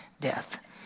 death